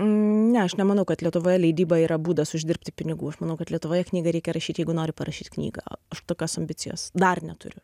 ne aš nemanau kad lietuvoje leidyba yra būdas uždirbti pinigų aš manau kad lietuvoje knygą reikia rašyt jeigu nori parašyt knygą aš tokios ambicijos dar neturiu